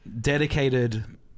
dedicated